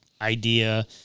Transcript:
idea